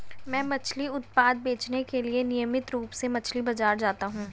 मैं मछली उत्पाद बेचने के लिए नियमित रूप से मछली बाजार जाता हूं